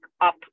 up